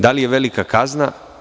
Da li je velika kazna?